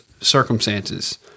circumstances